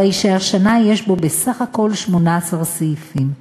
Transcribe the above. הרי שהשנה יש בו בסך הכול 18 סעיפים.